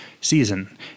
season